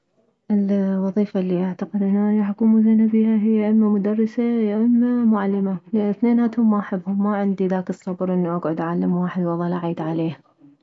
الوظيفة الي اعتقد انه اني راح اكون مو زينة بيها هي اكون يا اما مدرسة يا اما معلمة لان ثنيناتهم ما احبهم ماعندي ذاك الصبر انه اكعد اعلم واحد واظل اعيد عليه